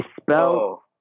spell